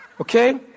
Okay